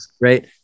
Right